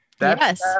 Yes